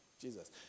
Jesus